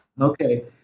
Okay